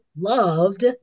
loved